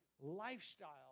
lifestyle